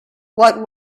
what